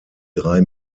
drei